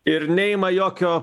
ir neima jokio